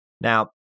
Now